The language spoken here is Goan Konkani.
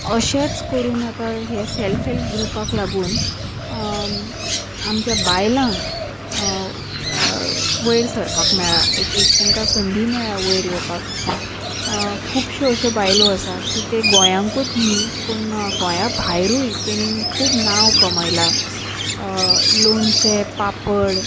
अशेंच करून आतां हे सॅल्फ हॅल्प ग्रुपाक लागून आमच्या बायलांक वयर सरपाक मेळ्ळा एक एक तेंकां संदी मेळ्ळ्या वयर येवपाक खुबश्यो अश्यो बायलो आसा की ते गोंयांकूच न्ही पूण गोंया भायरूय तेणेन खूब नांव कमयलां लोणचें पापड